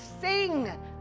sing